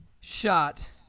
shot